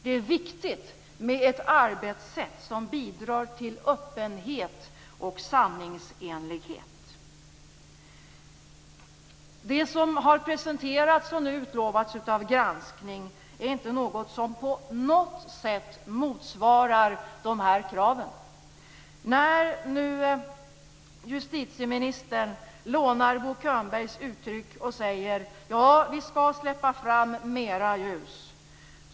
Det är viktigt med ett arbetssätt som bidrar till öppenhet och sanningsenlighet. Den granskning som har presenterats och nu utlovats motsvarar inte på något sätt dessa krav. Justitieministern lånar Bo Könbergs uttryck och säger: Ja, vi skall släppa fram mera ljus.